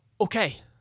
okay